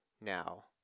now